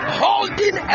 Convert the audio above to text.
holding